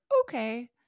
okay